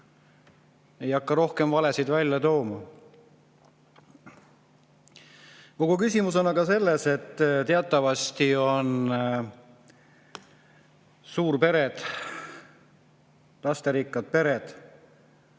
ei hakka rohkem valesid välja tooma. Kogu küsimus on aga selles, et teatavasti on suurpered, lasterikkad pered